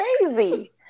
crazy